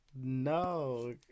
No